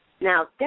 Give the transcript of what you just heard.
Now